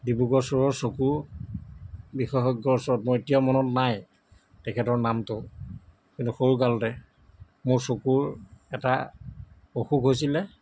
ডিব্ৰুগড় চহৰৰ চকু বিশেষজ্ঞৰ ওচৰত মই এতিয়া মনত নাই তেখেতৰ নামটো কিন্তু সৰু কালতে মোৰ চকুৰ এটা অসুখ হৈছিলে